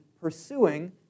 pursuing